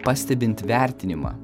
pastebint vertinimą